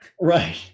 right